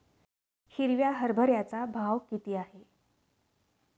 हिरव्या हरभऱ्याचा भाव किती आहे?